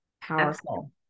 Powerful